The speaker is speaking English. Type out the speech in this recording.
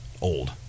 old